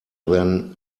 than